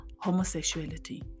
homosexuality